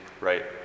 right